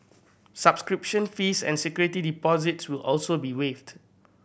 subscription fees and security deposits will also be waived